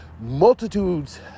multitudes